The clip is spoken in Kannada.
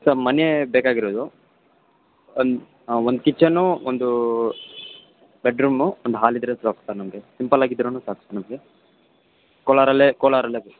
ಸರ್ ಮನೆ ಬೇಕಾಗಿರೋದು ಒನ್ ಒನ್ ಕಿಚನೂ ಒಂದು ಬೆಡ್ರೂಮು ಒಂದು ಹಾಲ್ ಇದ್ದರೆ ಸಾಕು ಸರ್ ನಮಗೆ ಸಿಂಪಲ್ಲಾಗಿದ್ದರೂನು ಸಾಕು ಸರ್ ನಮಗೆ ಕೋಲಾರಲ್ಲೇ ಕೋಲಾರಲ್ಲೇ ಬೇಕು